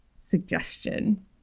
suggestion